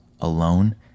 alone